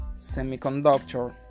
Semiconductor